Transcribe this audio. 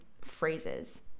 phrases